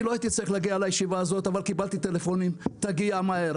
אני לא הייתי צריך להגיע לישיבה הזאת אבל קיבלתי טלפונים: תגיע מהר.